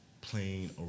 playing